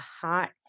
hot